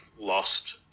lost